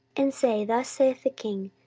and say, thus saith the king,